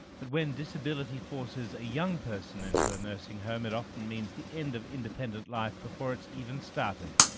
but when disability forces a young person into a nursing home, it often means the end of independent life before it's even started.